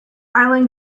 island